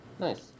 Nice